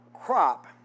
crop